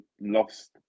lost